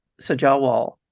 Sajawal